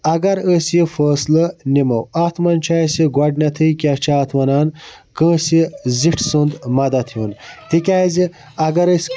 اَگَر أسۍ یہِ فٲصلہِ نِمو اَتھ مَنٛز چھُ اَسہِ گۄڈنیٚتھٕے کیاہ چھِ اتھ وَنان کٲنٛسہِ زِٹھۍ سُنٛد مَدَد ہیٚون تِکیازِ اَگَر أسۍ